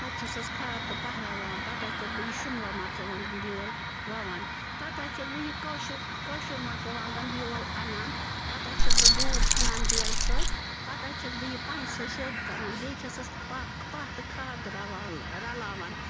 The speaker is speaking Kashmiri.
پتہٕ چھَسَس کھاد تہٕ پَہہ رَوان پتہٕ حظ چھَس بہٕ یہِ شُملا مرژٕوانٛگن بیول وَوان پتہٕ حظ چھَس بہٕ یہِ کٲشُر کٲشُر مرژٕوانٛگن بیول اَنان پتہٕ حظ چھَس بہٕ ڈوٗر کھنان بیلہٕ سۭتۍ پتہٕ حظ چھَس بہٕ یہِ پنٛجہِ سۭتۍ سیوٚد کَران بیٚیہِ چھَسَس پَہ پَہہ تہٕ کھاد رَوان رَلاوان